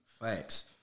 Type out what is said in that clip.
Facts